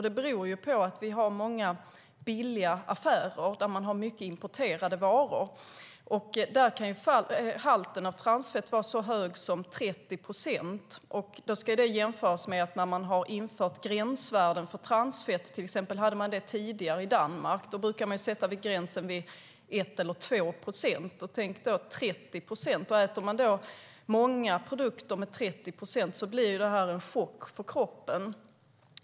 Det beror på att vi har många affärer med billiga och importerade varor. I dessa varor kan halten av transfett vara så hög som 30 procent. Då ska det jämföras med att när man har infört gränsvärden för transfett, som man tidigare hade i till exempel Danmark, har gränsen satts vid 1 eller 2 procent. Tänk då på att det finns produkter som innehåller 30 procent. Äter man då många produkter som innehåller 30 procent transfett blir det en chock för kroppen.